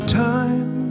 time